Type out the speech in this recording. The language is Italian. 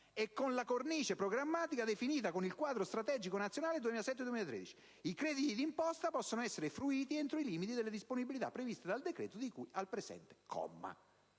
e con la cornice programmatica definita con il Quadro strategico nazionale 2007-2013. I crediti d'imposta possono essere fruiti entro i limiti delle disponibilità previste dal decreto di cui al presente comma.